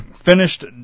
finished